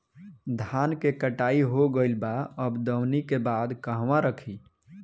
धान के कटाई हो गइल बा अब दवनि के बाद कहवा रखी?